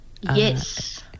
Yes